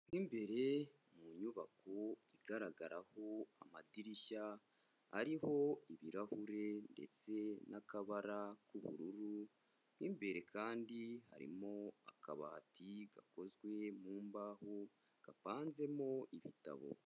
Mo imbere mu nyubako igaragaraho amadirishya ariho ibirahure ndetse n'akabara k'ubururu, mo imbere kandi harimo akabati gakozwe mu mbaho gapanzemo ibitabo.